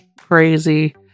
Crazy